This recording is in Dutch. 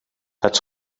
het